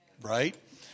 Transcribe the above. Right